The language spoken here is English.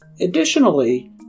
Additionally